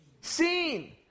seen